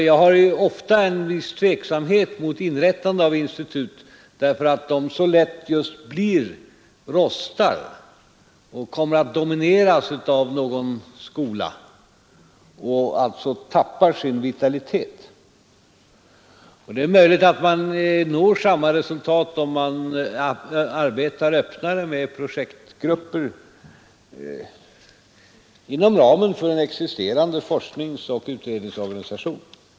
Jag känner ofta en viss tveksamhet när det gäller att inrätta institut, just därför att de så lätt rostar och kommer att domineras av någon skola och alltså tappar sin vitalitet. Det är möjligt att man når samma resultat, om man arbetar öppnare med projektgrupper inom ramen för en existerande forskningsoch utredningsorganisation.